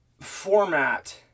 format